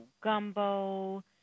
gumbo